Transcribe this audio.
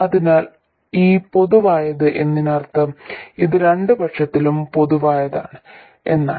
അതിനാൽ ഈ പൊതുവായത് എന്നതിനർത്ഥം ഇത് രണ്ട് പക്ഷത്തിനും പൊതുവായതാണ് എന്നാണ്